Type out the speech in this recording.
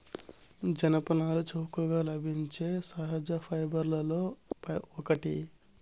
జనపనార చౌకగా లభించే సహజ ఫైబర్లలో ఒకటి